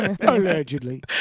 allegedly